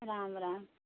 Ram Ram